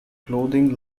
clothing